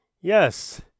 Yes